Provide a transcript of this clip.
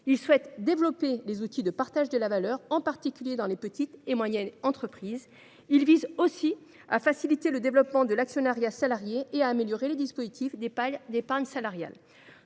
Il vise à développer les outils de partage de la valeur, en particulier dans les petites et moyennes entreprises. Il tend aussi à faciliter le développement de l’actionnariat salarié et à améliorer les dispositifs d’épargne salariale.